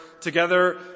together